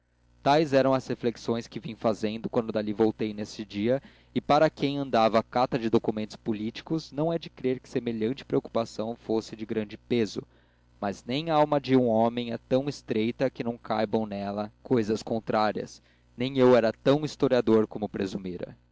tais eram as reflexões que vim fazendo quando dali voltei nesse dia e para quem andava à cata de documentos políticos não é de crer que semelhante preocupação fosse de grande peso mas nem a alma de um homem é tão estreita que não caibam nela cousas contrárias nem eu era tão historiador como presumira